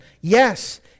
Yes